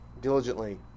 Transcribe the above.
diligently